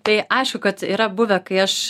tai aišku kad yra buvę kai aš